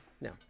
no